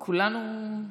כולנו,